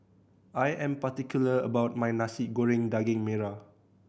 I am particular about my Nasi Goreng Daging Merah